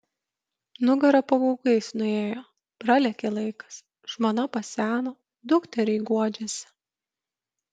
nugara pagaugais nuėjo pralėkė laikas žmona paseno dukteriai guodžiasi